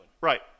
Right